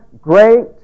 great